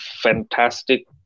fantastic